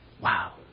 wow